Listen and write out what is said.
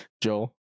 Joel